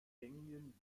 gängigen